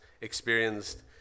experienced